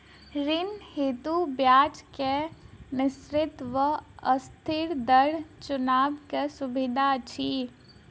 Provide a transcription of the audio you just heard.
ऋण हेतु ब्याज केँ निश्चित वा अस्थिर दर चुनबाक सुविधा अछि